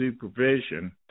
supervision